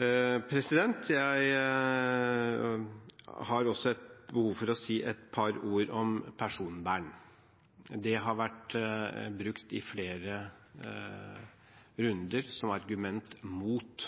Jeg har også behov for å si et par ord om personvern. Det har vært brukt i flere runder som argument mot